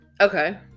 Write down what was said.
Okay